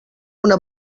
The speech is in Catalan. una